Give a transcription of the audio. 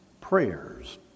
prayers